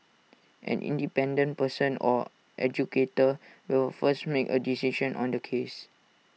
an independent person or adjudicator will first make A decision on the case